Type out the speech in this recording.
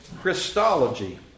Christology